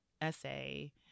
essay